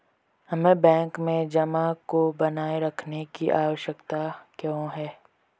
हमें बैंक में जमा को बनाए रखने की आवश्यकता क्यों है?